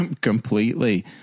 completely